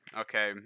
Okay